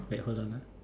wait hold on ah